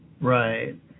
Right